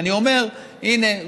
ואני אומר: הינה,